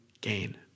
gain